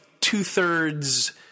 two-thirds